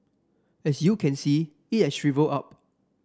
as you can see it has shrivelled up